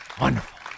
Wonderful